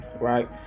Right